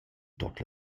tuot